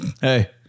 hey